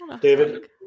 David